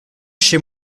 chez